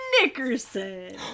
Nickerson